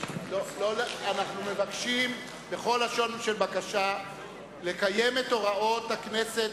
(חותם על ההצהרה) אנחנו מבקשים בכל לשון של בקשה לקיים את הוראות הכנסת.